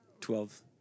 Twelve